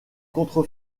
contre